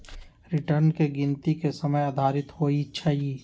return की गिनति के समय आधारित होइ छइ